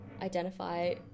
identify